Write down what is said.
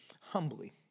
humbly